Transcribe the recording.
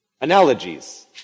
analogies